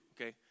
okay